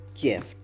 gift